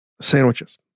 Sandwiches